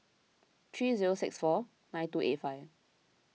three zero six four nine two eight five